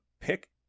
pick